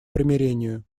примирению